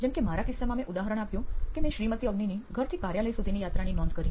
જેમ કે મારા કિસ્સામાં મેં ઉદાહરણ આપ્યું કે મેં શ્રીમતી અવનીની ઘરથી કાર્યાલય સુધીની યાત્રાની નોંધ કરી